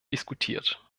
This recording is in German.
diskutiert